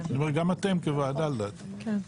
אני אומר גם אתם כוועדה לדעתי.